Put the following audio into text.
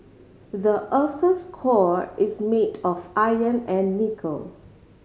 the earth's score is made of iron and nickel